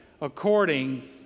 according